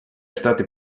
штаты